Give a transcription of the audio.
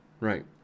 Right